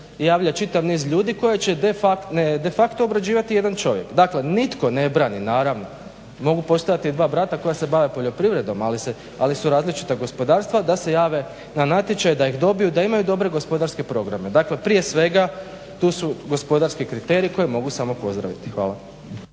javlja čitav niz ljudi koji će de facto obrađivati jedan čovjek. Dakle nitko ne brani naravno, mogu postojati dva brata koja se bave poljoprivredom ali su različita gospodarstva, da se jave na natječaj, da ih dobiju, da imaju dobre gospodarske programe. Dakle prije svega tu su gospodarski kriteriji koje mogu samo pozdraviti. Hvala.